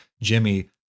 Jimmy